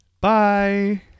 Bye